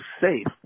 safe